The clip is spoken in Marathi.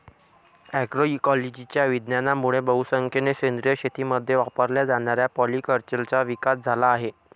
अग्रोइकोलॉजीच्या विज्ञानामुळे बहुसंख्येने सेंद्रिय शेतीमध्ये वापरल्या जाणाऱ्या पॉलीकल्चरचा विकास झाला आहे